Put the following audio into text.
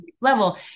level